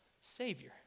savior